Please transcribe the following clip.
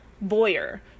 Boyer